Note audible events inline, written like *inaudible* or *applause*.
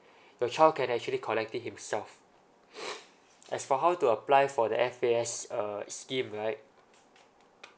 your child can actually collect it himself *noise* as for how to apply for the F_A_S uh scheme right